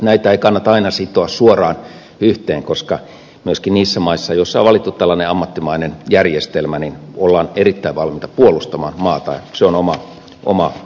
näitä ei kannata aina sitoa suoraan yhteen koska myöskin niissä maissa joissa on valittu tämmöinen ammattimainen järjestelmä ollaan erittäin valmiita puolustamaan maataan se on oma lukunsa